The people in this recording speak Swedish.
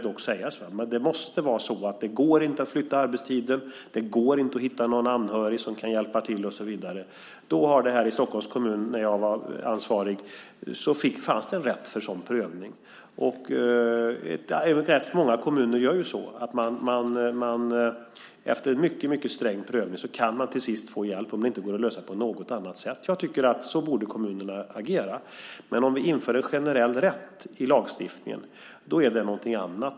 Det måste vara så att det inte går att flytta arbetstiden, att det inte går att hitta någon anhörig som kan hjälpa till och så vidare. Här i Stockholms kommun hade man när jag var ansvarig rätt till en sådan prövning. Och så gör ganska många kommuner: Efter en mycket sträng prövning kan man få hjälp om det inte går att lösa på något annat sätt. Jag tycker att kommunerna borde agera så. En generell rätt i lagstiftningen är något annat.